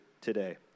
today